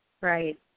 right